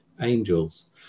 angels